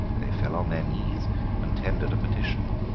they fell on their knees and tendered a petition.